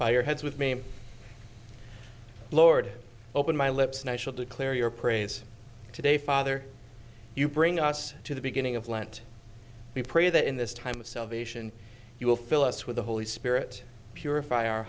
by your heads with me lord open my lips national declare your praise today father you bring us to the beginning of lent we pray that in this time of salvation you will fill us with the holy spirit purif